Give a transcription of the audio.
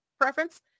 preference